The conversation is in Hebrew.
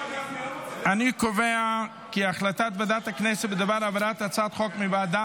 אני קובע כי החלטת ועדת הכנסת בדבר העברת הצעת החוק מוועדה